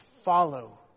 Follow